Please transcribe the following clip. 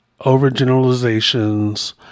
overgeneralizations